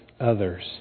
others